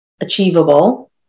achievable